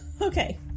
Okay